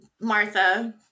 Martha